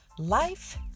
Life